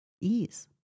ease